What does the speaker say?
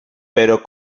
pero